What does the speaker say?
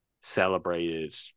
celebrated